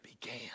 began